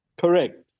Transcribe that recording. Correct